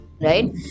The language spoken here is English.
Right